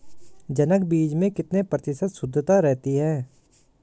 जनक बीज में कितने प्रतिशत शुद्धता रहती है?